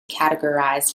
categorised